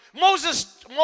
Moses